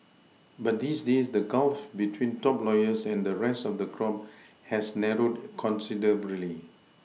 but these days the Gulf between top lawyers and the rest of the crop has narrowed considerably